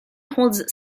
holds